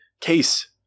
Case